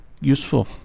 useful